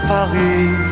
Paris